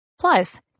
Plus